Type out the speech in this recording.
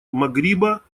магриба